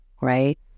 Right